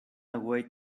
away